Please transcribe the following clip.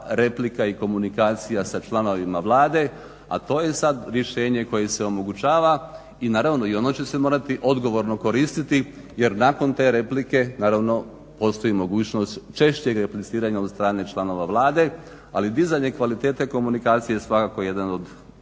i komunikacija sa članovima Vlade, a to je sad rješenje kojim se omogućava i naravno i ono će se morati odgovorno koristiti jer nakon te replike naravno postoji mogućnost češćeg repliciranja od strane članova Vlade, ali i dizanje kvalitete komunikacije svakako je jedan od